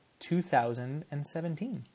2017